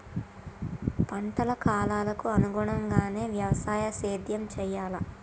పంటల కాలాలకు అనుగుణంగానే వ్యవసాయ సేద్యం చెయ్యాలా?